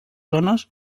zones